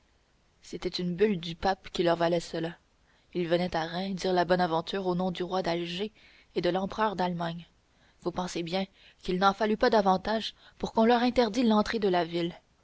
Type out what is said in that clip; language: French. c'est une bulle du pape qui leur valait cela ils venaient à reims dire la bonne aventure au nom du roi d'alger et de l'empereur d'allemagne vous pensez bien qu'il n'en fallut pas davantage pour qu'on leur interdît l'entrée de la ville